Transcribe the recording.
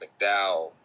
McDowell